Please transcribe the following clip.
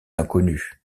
inconnue